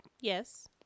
Yes